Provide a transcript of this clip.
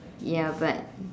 ya but